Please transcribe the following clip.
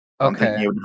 Okay